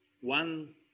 one